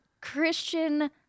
Christian